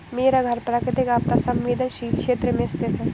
मेरा घर प्राकृतिक आपदा संवेदनशील क्षेत्र में स्थित है